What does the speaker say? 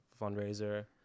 fundraiser